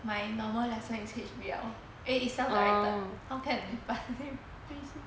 my normal lesson is H_B_L eh is self directed how can participation